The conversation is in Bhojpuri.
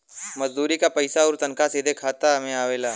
मजदूरी क पइसा आउर तनखा सीधे जमा खाता में आवला